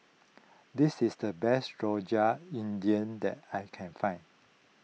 this is the best Rojak India that I can find